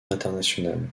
l’international